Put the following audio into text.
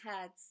heads